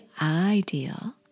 ideal